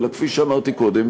אלא כפי שאמרתי קודם,